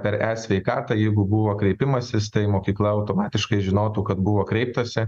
per e sveikatą jeigu buvo kreipimasis tai mokykla automatiškai žinotų kad buvo kreiptasi